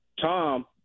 Tom